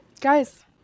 guys